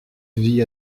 via